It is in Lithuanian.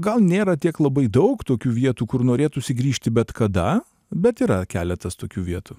gal nėra tiek labai daug tokių vietų kur norėtųsi grįžti bet kada bet yra keletas tokių vietų